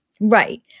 Right